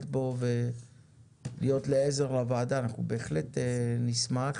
בו ולהיות לעזר לוועדה אנחנו בהחלט נשמח.